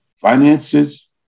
finances